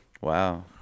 Wow